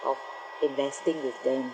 of investing with them